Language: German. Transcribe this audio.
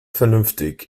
vernünftig